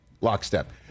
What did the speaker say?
lockstep